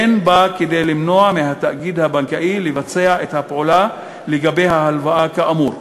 אין בה כדי למנוע מהתאגיד הבנקאי לבצע את הפעולה לגבי ההלוואה כאמור,